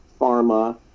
pharma